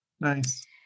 Nice